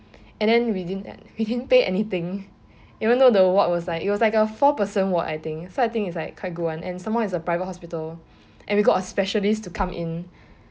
and then we didn~ we didn't pay anything even though the ward was like it was like a four person ward I think so I think is like quite good [one] some more is a private hospital and we got a specialist to come in